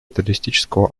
террористического